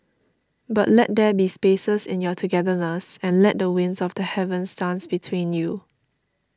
but let there be spaces in your togetherness and let the winds of the heavens dance between you